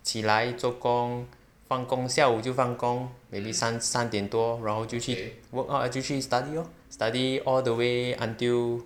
起来做工放工下午放工 maybe 三三点多然后就去 work lor eh 就去 study lor study all the way until